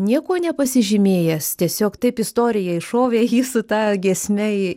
niekuo nepasižymėjęs tiesiog taip istorija iššovė jį su ta giesme į